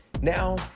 Now